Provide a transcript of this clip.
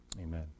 Amen